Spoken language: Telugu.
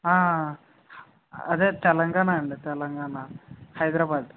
అదే తెలంగాణ అండి తెలంగాణ హైదరాబాద్